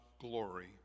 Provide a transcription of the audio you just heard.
glory